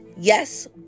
yes